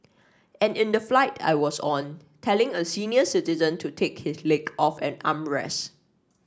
and in the flight I was on telling a senior citizen to take his leg off an armrest